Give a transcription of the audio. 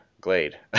Glade